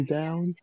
down